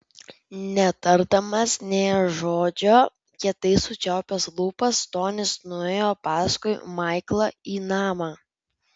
netardamas nė žodžio kietai sučiaupęs lūpas tonis nuėjo paskui maiklą į namą